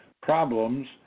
problems